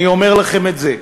אני אומר לכם את זה.